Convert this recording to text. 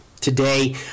Today